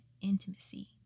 intimacy